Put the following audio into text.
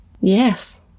Yes